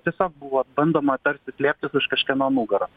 tiesiog buvo bandoma tarsi slėptis už kažkieno nugaros